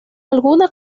alguna